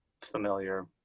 familiar